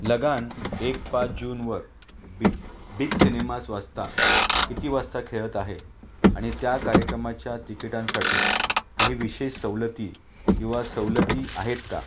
लगान एक पाच जूनवर बिग बिग सिनेमास वासता किती वासता खेळत आहे आणि त्या कार्यक्रमाच्या तिकिटांसाठी काही विशेष सवलती किंवा सवलती आहेत का